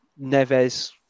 Neves